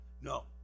no